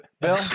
Bill